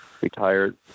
retired